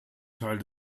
teil